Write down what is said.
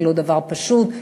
זה לא דבר פשוט.